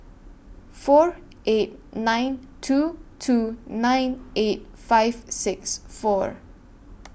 four eight nine two two nine eight five six four